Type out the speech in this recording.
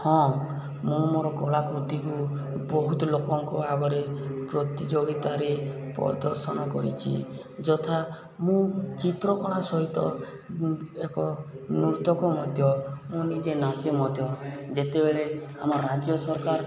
ହଁ ମୁଁ ମୋର କଳାକୃତିକୁ ବହୁତ ଲୋକଙ୍କ ଆଗରେ ପ୍ରତିଯୋଗିତାରେ ପ୍ରଦର୍ଶନ କରିଛି ଯଥା ମୁଁ ଚିତ୍ର କଳା ସହିତ ଏକ ନୃତ୍ୟକ ମଧ୍ୟ ମୁଁ ନିଜେ ନାଚେ ମଧ୍ୟ ଯେତେବେଳେ ଆମ ରାଜ୍ୟ ସରକାର